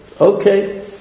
Okay